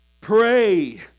Pray